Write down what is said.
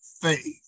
faith